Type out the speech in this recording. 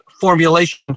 formulation